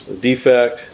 Defect